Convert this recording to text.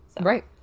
Right